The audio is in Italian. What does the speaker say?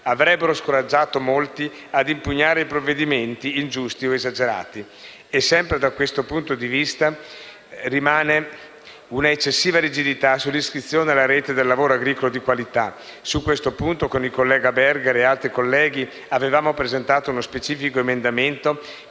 avrebbero scoraggiato molti a impugnare i provvedimenti ingiusti o esagerati. Sempre da questo punto di vista, rimane un'eccessiva rigidità sull'iscrizione alla rete del lavoro agricolo di qualità. Su questo punto, io, il senatore Berger e altri colleghi abbiamo presentato uno specifico emendamento,